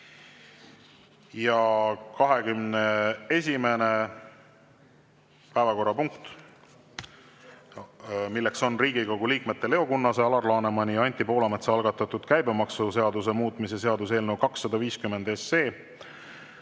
saa. 21. päevakorrapunkt, Riigikogu liikmete Leo Kunnase, Alar Lanemani ja Anti Poolametsa algatatud käibemaksuseaduse muutmise seaduse eelnõu 250.